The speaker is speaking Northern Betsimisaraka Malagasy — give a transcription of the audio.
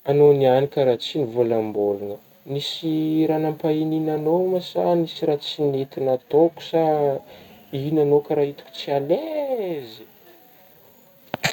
Agnao niany ka raha tsy nivôlambôlagna ,nisy raha nampaignigna agnao mo sa, nisy raha tsy nety nataoko sa igny agnao ka raha itako tsy à l'aise.